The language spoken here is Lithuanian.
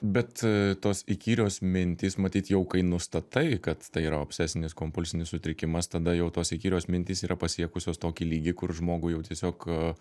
bet a tos įkyrios mintys matyt jau kai nustatai kad tai yra obsesinis kompulsinis sutrikimas tada jau tos įkyrios mintys yra pasiekusios tokį lygį kur žmogui jau tiesiog a